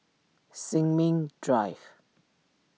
Sin Ming Drive